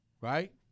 right